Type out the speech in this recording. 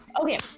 Okay